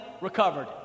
recovered